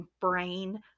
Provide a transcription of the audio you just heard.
brain